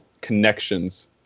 connections